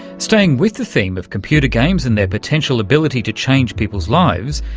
staying with the theme of computer games and their potential ability to change people's lives,